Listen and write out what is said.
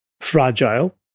fragile